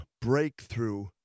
breakthrough